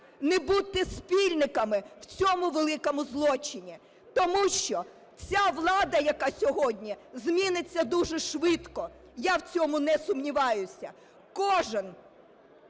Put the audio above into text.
Не будьте спільниками в цьому великому злочині. Тому що ця влада, яка сьогодні, зміниться дуже швидко, я в цьому не сумніваюся. Кожен,